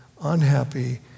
unhappy